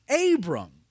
Abram